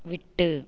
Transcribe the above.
விட்டு